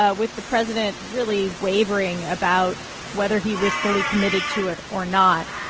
ah with the president really wavering about whether he was fully committed to it or not.